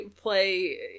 play